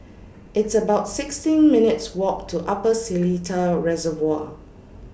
It's about sixteen minutes' Walk to Upper Seletar Reservoir